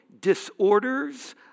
disorders